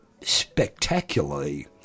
spectacularly